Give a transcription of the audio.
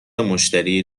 مشتری